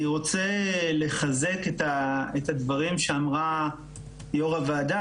אני רוצה לחזק את הדברים שאמרה יו"ר הוועדה